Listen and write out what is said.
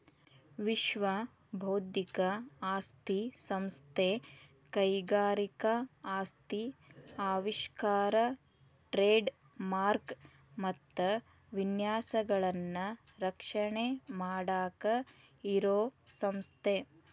ವಿಶ್ವ ಬೌದ್ಧಿಕ ಆಸ್ತಿ ಸಂಸ್ಥೆ ಕೈಗಾರಿಕಾ ಆಸ್ತಿ ಆವಿಷ್ಕಾರ ಟ್ರೇಡ್ ಮಾರ್ಕ ಮತ್ತ ವಿನ್ಯಾಸಗಳನ್ನ ರಕ್ಷಣೆ ಮಾಡಾಕ ಇರೋ ಸಂಸ್ಥೆ